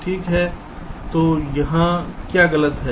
ठीक है तो यहाँ क्या गलत है